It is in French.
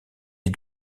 est